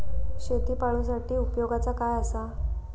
शेळीपाळूसाठी उपयोगाचा काय असा?